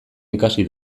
ikasi